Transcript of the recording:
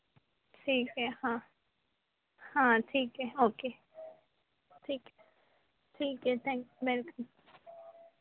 ठीक है हाँ हाँ ठीक है ओके ठीक है ठीक है थैंक यू वेलकम